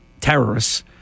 terrorists